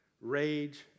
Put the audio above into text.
rage